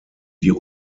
die